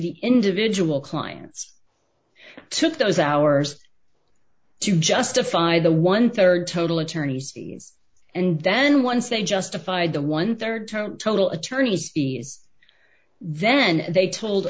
the individual clients took those hours to justify the one rd total attorney's fees and then once they justified the one dollar rd term total attorneys fees then they told